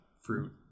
fruit